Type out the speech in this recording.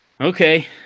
Okay